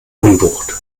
unwucht